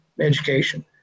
education